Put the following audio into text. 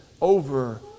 over